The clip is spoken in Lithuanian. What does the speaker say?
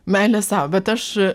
meilė sau bet aš